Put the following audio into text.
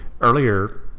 earlier